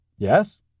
Yes